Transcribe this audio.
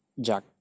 Jack